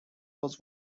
was